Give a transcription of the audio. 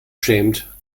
schämt